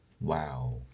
wow